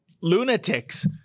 lunatics